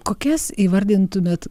kokias įvardintumėt